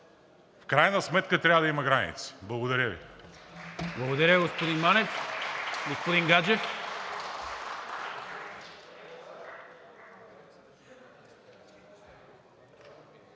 в крайна сметка трябва да има граници. Благодаря Ви.